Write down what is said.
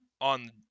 on